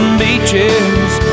beaches